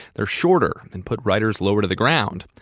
they're shorter and put riders lower to the ground.